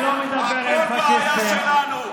אתם הבעיה שלנו.